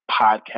podcast